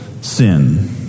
sin